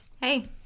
Hey